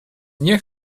nie